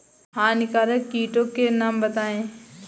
हानिकारक कीटों के नाम बताएँ?